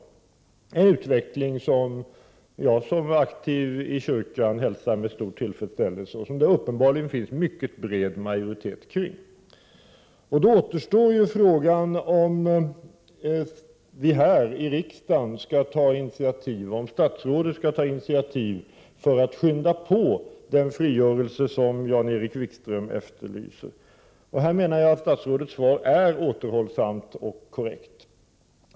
Det är en utveckling som jag som aktiv inom kyrkan hälsar med stor tillfredsställelse och som det uppenbarligen finns mycket bred majoritet kring. Då återstår frågan om vi här i riksdagen skall ta initiativ eller om statsrådet skall ta initiativ för att skynda på den frigörelse som Jan-Erik Wikström efterlyser. Här menar jag att statsrådets svar är återhållsamt och korrekt.